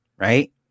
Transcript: Right